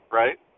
right